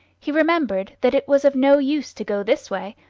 he remembered that it was of no use to go this way,